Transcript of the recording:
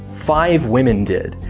five women did,